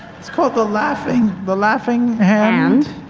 he's called the laughing the laughing hand.